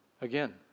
Again